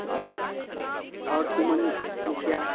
हँ आओर सुमन मुखिआ